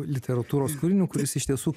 literatūros kūriniu kuris iš tiesų